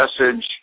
message